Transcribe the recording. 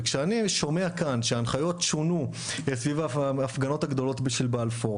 כשאני שומע כאן שההנחיות שונו סביב ההפגנות הגדולות של בלפור,